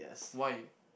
why